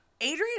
adrian